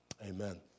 Amen